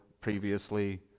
previously